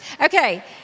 Okay